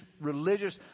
religious